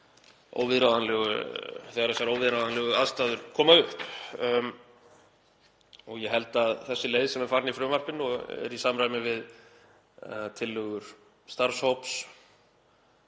óviðráðanlegu aðstæður koma upp. Ég held að þessi leið sem er farin í frumvarpinu og er í samræmi við tillögur starfshóps